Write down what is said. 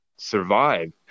survive